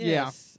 Yes